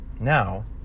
now